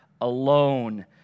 alone